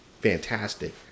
fantastic